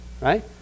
right